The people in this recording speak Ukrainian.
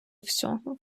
всього